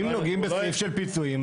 אם נוגעים בסעיף של פיצויים,